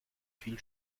viel